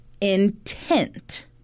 intent